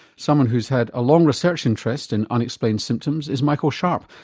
someone who's had a long research interest in unexplained symptoms is michael sharpe.